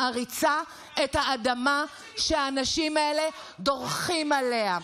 מעריצה את האדמה שהאנשים האלה דורכים עליה.